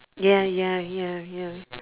ya ya ya ya